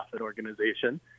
organization